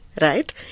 right